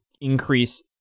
increase